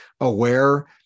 aware